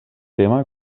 tema